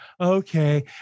okay